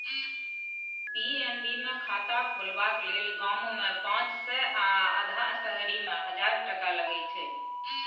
PNB मे खाता खोलबाक लेल गाममे पाँच सय आ अधहा शहरीमे हजार टका लगै छै